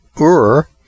Ur